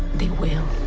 they will.